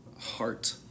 heart